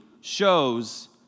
shows